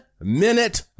Minute